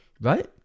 right